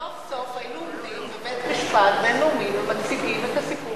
סוף-סוף היינו עומדים בבית-משפט בין-לאומי ומציגים את הסיפור